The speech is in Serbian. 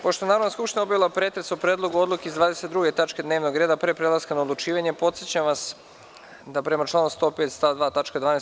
Pošto je Narodna skupština obavila pretres o Predlogu odluke iz 22. tačke dnevnog reda, pre prelaska na odlučivanje podsećam vas da prema članu 105. stav 2. tačka 12.